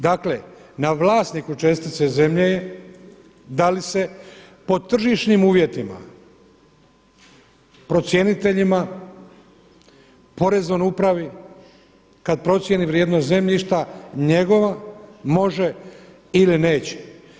Dakle, na vlasniku čestice zemlje je da li se po tržišnim uvjetima procjeniteljima, Poreznoj upravi kad procijeni vrijednost zemljišta njegova može ili neće.